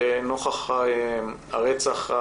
נוכח הרצח,